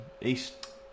East